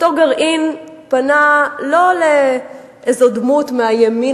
אותו גרעין פנה לא לאיזו דמות מהימין